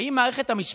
האם מערכת המשפט